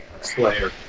Slayer